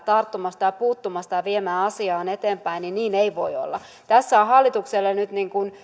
tarttumasta ja puuttumasta ja viemästä asiaa eteenpäin niin niin ei voi olla tässä on hallitukselle nyt